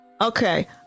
okay